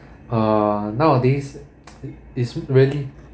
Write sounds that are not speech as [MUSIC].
uh nowadays [NOISE] is really